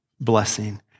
blessing